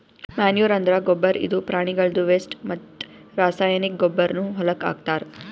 manure ಅಂದ್ರ ಗೊಬ್ಬರ್ ಇದು ಪ್ರಾಣಿಗಳ್ದು ವೆಸ್ಟ್ ಮತ್ತ್ ರಾಸಾಯನಿಕ್ ಗೊಬ್ಬರ್ನು ಹೊಲಕ್ಕ್ ಹಾಕ್ತಾರ್